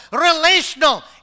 relational